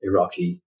Iraqi